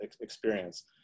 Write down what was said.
experience